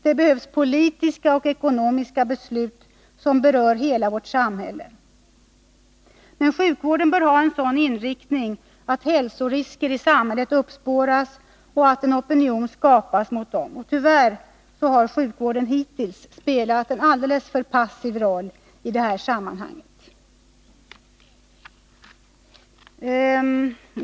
Det behövs politiska och ekonomiska beslut, som berör hela vårt samhälle. Men sjukvården bör ha en sådan inriktning att hälsorisker i samhället uppspåras och att opinion skapas mot dem. Tyvärr har sjukvården hittills spelat en alltför passiv roll i detta sammanhang.